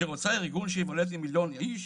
שרוצה ארגון שכולל מיליון איש?